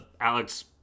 Alex